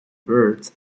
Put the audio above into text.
birds